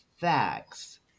facts